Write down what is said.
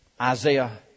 Isaiah